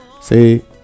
say